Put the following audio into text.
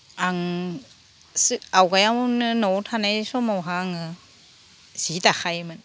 आं आवगायावनो न'आव थानाय समावहा आङो जि दाखायोमोन